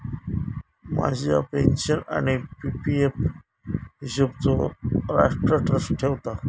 माझ्या पेन्शन आणि PPF हिशोबचो राष्ट्र ट्रस्ट ठेवता